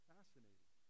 Fascinating